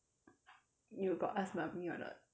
you got ask mummy or not